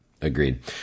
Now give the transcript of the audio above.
agreed